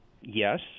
Yes